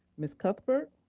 mrs. cuthbert.